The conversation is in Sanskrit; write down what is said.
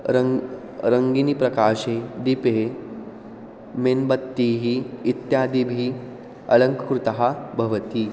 रङ्गैः रङ्गिनिप्रकाशे दीपे मेन्बत्तीः इत्यादिभिः अलङ्कृतः भवति